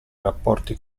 rapporti